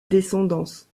descendance